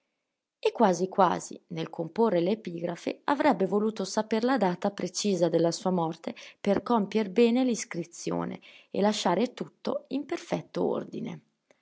e quasi quasi nel comporre l'epigrafe avrebbe voluto saper la data precisa della sua morte per compier bene l'iscrizione e lasciare tutto in perfetto ordine